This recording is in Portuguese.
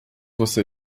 você